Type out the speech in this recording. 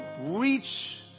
reach